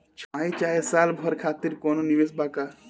छमाही चाहे साल भर खातिर कौनों निवेश बा का?